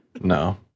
No